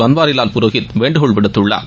பன்வாரிலால் புரோஹித் வேண்டுகோள் விடுத்துள்ளார்